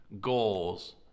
goals